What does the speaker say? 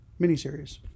miniseries